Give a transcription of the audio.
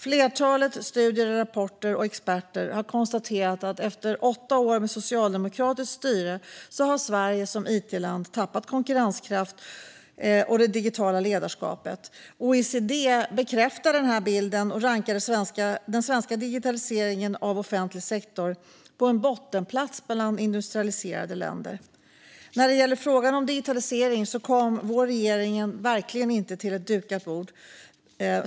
Flertalet studier, rapporter och experter har konstaterat att efter åtta år av socialdemokratiskt styre har Sverige som it-land tappat konkurrenskraft och det digitala ledarskapet. OECD bekräftar denna bild och rankar den svenska digitaliseringen av offentlig sektor på en bottenplats bland industrialiserade länder. När det gäller frågan om digitalisering kom vår regering verkligen inte till ett dukat bord.